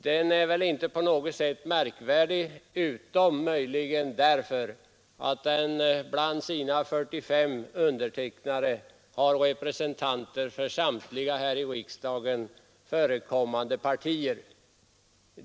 Den är väl inte på något sätt märkvärdig utom möjligen därför att det bland de 45 undertecknarna finns representanter för samtliga här i riksdagen förekommande partier.